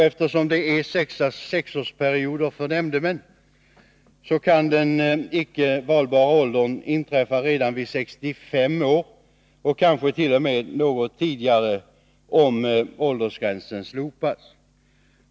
Eftersom 6-årsperioder gäller för nämndemän kan åldern för icke-valbarhet inträffa redan när en person är 65 år gammal, kanske t.o.m. något tidigare, om åldersgränsen slopas.